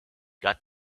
got